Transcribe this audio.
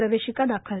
प्रवेशिका ाखल